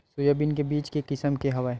Soybean के बीज के किसम के हवय?